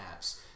apps